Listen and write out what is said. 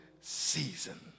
season